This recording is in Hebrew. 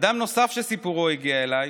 אדם נוסף שסיפורו הגיע אליי